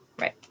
Right